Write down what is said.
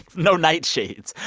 no nightshades.